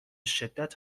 شدت